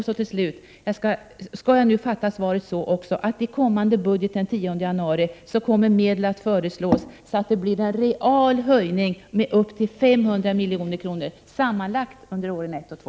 Skall jag uppfatta svaret så att i kommande budget, som framläggs den 10 januari, medel kommer att föreslås, som innebär att det blir en real höjning med upp till 500 milj.kr. sammanlagt under åren ett och två?